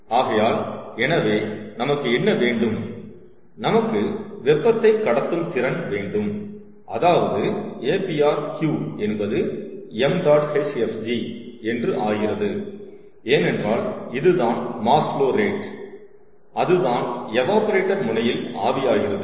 ஆகையால் எனவே நமக்கு என்ன வேண்டும் நமக்கு வெப்பத்தை கடத்தும் திறன் வேண்டும் அதாவது apr Q என்பது 𝑚̇ hfg என்று ஆகிறது ஏனென்றால் இதுதான் மாஸ் ஃபுலோ ரேட் அதுதான் எவாப்ரேட்டர் முனையில் ஆவியாகிறது